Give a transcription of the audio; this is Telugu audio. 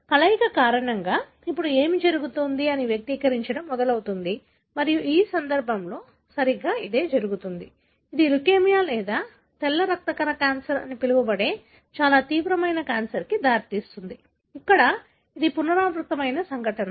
కలయిక కారణంగా ఇప్పుడు ఏమి జరుగుతుందో అది వ్యక్తీకరించడం మొదలవుతుంది మరియు ఈ సందర్భంలో సరిగ్గా అదే జరుగుతుంది ఇది లుకేమియా లేదా తెల్ల రక్త కణ క్యాన్సర్ అని పిలువబడే చాలా తీవ్రమైన క్యాన్సర్కు దారితీస్తుంది ఇక్కడ ఇది పునరావృతమయ్యే సంఘటన